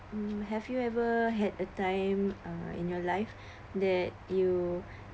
um have you ever had a time uh in your life that you